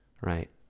right